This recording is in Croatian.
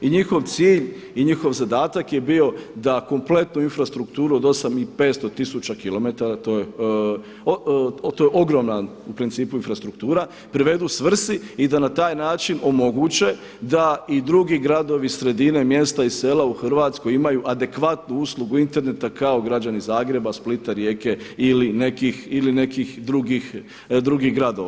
I njih cilj i njihov zadatak je bio da kompletnu infrastrukturu od 8 i 500 tisuća kilometara, to je ogromna u principu infrastruktura privedu svrsi i da na taj način omoguće da i drugi gradovi, sredine, mjesta i sela u Hrvatskoj imaju adekvatnu uslugu interneta kao građani Zagreba, Splita, Rijeke ili nekih drugih gradova.